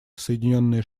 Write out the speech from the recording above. соединённые